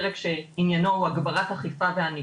ההצעה היא להוסיף פרק שעניינו הוא הגברת האכיפה והענישה.